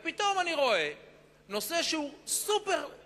ופתאום אני רואה נושא שהוא סופר-צרכני,